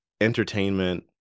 entertainment